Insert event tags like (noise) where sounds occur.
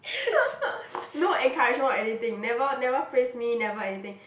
(laughs) no encouragement or anything never never praise me never anything